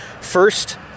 first